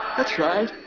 that's right.